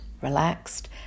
relaxed